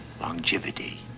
longevity